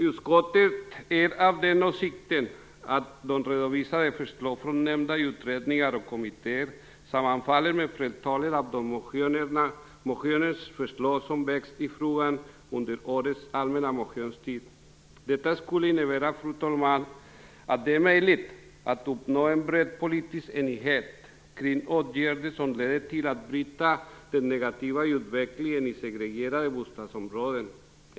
Utskottet är av den åsikten att de redovisade förslagen från nämnda utredningar och kommittéer sammanfaller med flertalet av de förslag som väckts i motioner i frågan under årets allmänna motionstid. Det, fru talman, skulle innebära att det är möjligt att uppnå en bred politisk enighet kring åtgärder som leder till att den negativa utvecklingen i segregerade bostadsområden bryts.